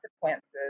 consequences